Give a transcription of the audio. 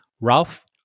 Ralph